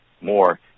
more